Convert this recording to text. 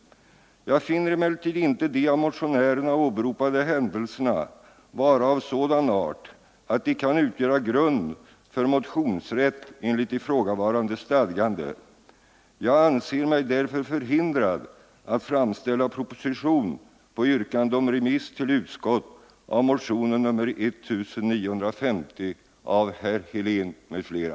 Jag finner emellertid inte de av motionärerna åberopade händelserna vara av sådan art att de kan utgöra grund för motionsrätt enligt ifrågavarande stadgande. Jag anser mig därför förhindrad att framställa proposition på yrkande om remiss till utskott av motionen nr 1950 av herr Helén m.fl.